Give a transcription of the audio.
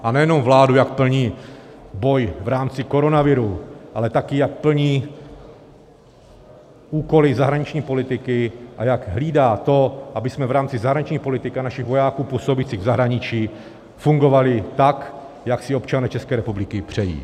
A nejenom vládu, jak plní boj v rámci koronaviru, ale taky jak plní úkoly zahraniční politiky a jak hlídá to, abychom v rámci zahraniční politiky a našich vojáků působících v zahraničí fungovali tak, jak si občané České republiky přejí.